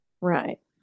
right